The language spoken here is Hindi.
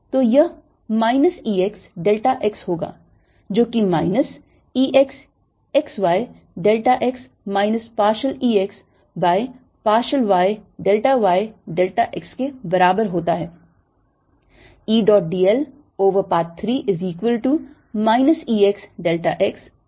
तो यह minus E x delta x होगा जो कि minus E x x y delta x minus partial E x by partial y delta y delta x के बराबर होता है